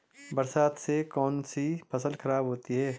बरसात से कौन सी फसल खराब होती है?